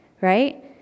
right